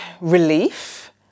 relief